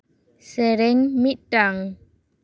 ᱥᱮᱨᱮᱧ ᱢᱤᱫᱴᱟᱝ